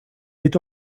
est